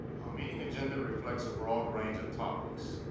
meeting agenda reflects a broad range of topics.